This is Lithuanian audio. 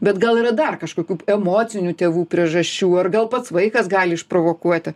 bet gal yra dar kažkokių emocinių tėvų priežasčių ar gal pats vaikas gali išprovokuoti